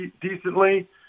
decently